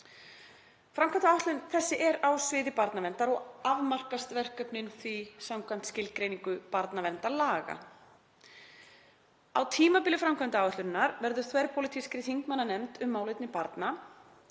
Framkvæmdaáætlun þessi er á sviði barnaverndar og afmarkast verkefnin því samkvæmt skilgreiningu barnaverndarlaga. Á tímabili framkvæmdaáætlunarinnar verður þverpólitískri þingmannanefnd um málefni barna,